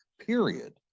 period